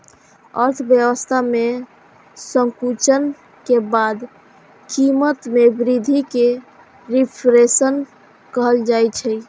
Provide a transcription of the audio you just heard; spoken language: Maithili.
अर्थव्यवस्था मे संकुचन के बाद कीमत मे वृद्धि कें रिफ्लेशन कहल जाइ छै